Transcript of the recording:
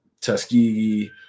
tuskegee